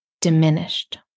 diminished